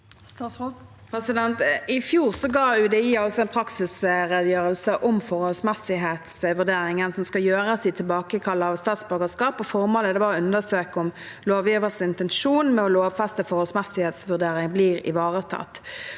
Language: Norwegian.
I fjor ga UDI en praksisredegjørelse om forholdsmessighetsvurderingen som skal gjøres ved tilbakekall av statsborgerskap. Formålet var å undersøke om lovgivers intensjon med å lovfeste forholdsmessighetsvurdering blir ivaretatt.